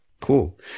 Cool